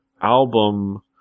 album